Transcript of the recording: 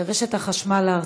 לרשת החשמל הארצית.